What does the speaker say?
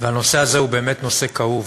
והנושא הזה הוא באמת נושא כאוב,